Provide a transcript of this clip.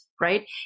right